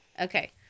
Okay